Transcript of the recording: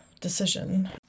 decision